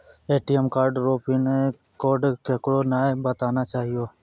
ATM card रो pin code केकरै नाय बताना चाहियो